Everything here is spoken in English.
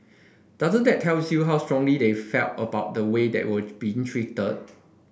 doesn't that tells you how strongly they felt about the way they were been treated